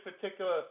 particular